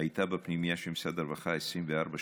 הייתה בפנימייה של משרד הרווחה 24 שעות,